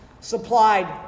supplied